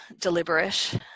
deliberate